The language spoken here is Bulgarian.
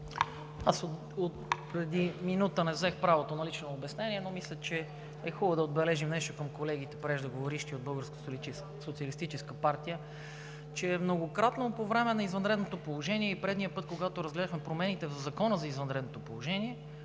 Аз преди минута не взех правото на лично обяснение, но мисля, че е хубаво да отбележим нещо към колегите преждеговоривши от Българската социалистическа партия, че многократно по време на извънредното положение и предния път, когато разглеждахме промените в Закона за извънредното положение,